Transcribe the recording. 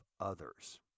others